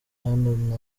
hano